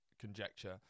conjecture